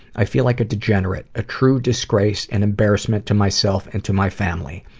i feel like a degenerate. a true disgrace and embarrassment to myself and to my family.